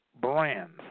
brands